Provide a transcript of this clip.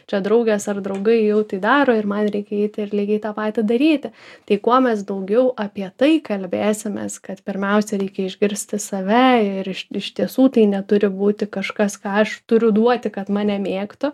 čia draugės ar draugai jau tai daro ir man reikia eiti ir lygiai tą patį daryti tai kuo mes daugiau apie tai kalbėsimės kad pirmiausia reikia išgirsti save ir iš iš tiesų tai neturi būti kažkas ką aš turiu duoti kad mane mėgtų